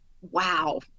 wow